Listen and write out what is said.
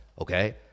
Okay